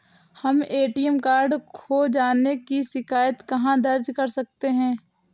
हम ATM card खो जाने की शिकायत कहाँ दर्ज कर सकते हैं?